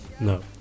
No